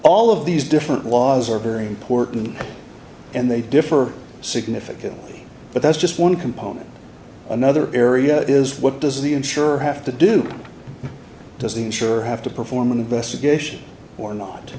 all of these different laws are very important and they differ significantly but that's just one component another area is what does the insurer have to do doesn't insure have to perform an investigation or not